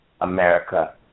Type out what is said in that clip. America